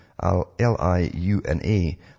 L-I-U-N-A